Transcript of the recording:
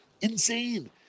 insane